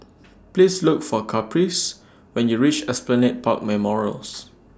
Please Look For Caprice when YOU REACH Esplanade Park Memorials